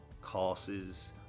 courses